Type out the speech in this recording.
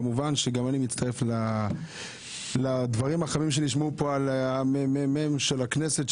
כמובן שגם אני מצטרף לדברים החמים שנשמעו כאן על המ.מ.מ של הכנסת,